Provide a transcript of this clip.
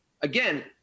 again